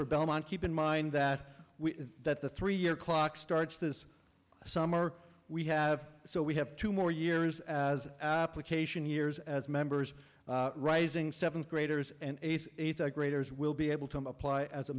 for belmont keep in mind that we that the three year clock starts this summer we have so we have two more years as application years as members rising seventh graders and eighth graders will be able to apply as a